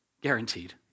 guaranteed